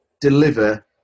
deliver